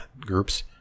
groups